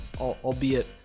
albeit